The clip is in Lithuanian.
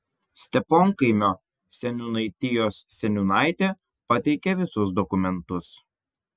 steponkaimio seniūnaitijos seniūnaitė pateikė visus dokumentus